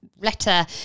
letter